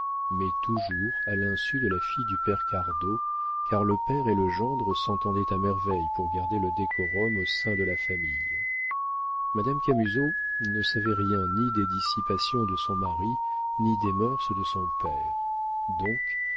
mais toujours à l'insu de la fille du père cardot car le père et le gendre s'entendaient à merveille pour garder le décorum au sein de la famille madame camusot ne savait rien ni des dissipations de son mari ni des mœurs de son père donc